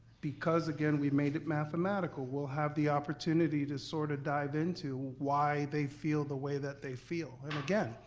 because again, we made it mathematical, we'll have the opportunity to sort of dive into why they feel the way that they feel. um again,